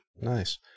Nice